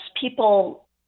people